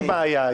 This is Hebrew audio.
אין בעיה.